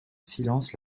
silence